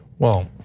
well,